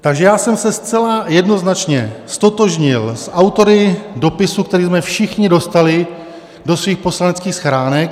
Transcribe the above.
Takže já jsem se zcela jednoznačně ztotožnil s autory dopisu, který jsme všichni dostali do svých poslaneckých schránek.